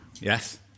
Yes